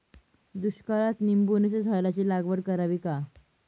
दुष्काळात निंबोणीच्या झाडाची लागवड करावी का?